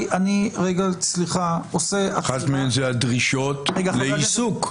אחת מהן זה הדרישות לעיסוק.